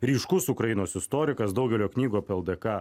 ryškus ukrainos istorikas daugelio knygų apie ldk